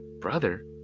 brother